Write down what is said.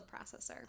processor